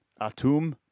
Atum